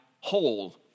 whole